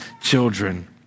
children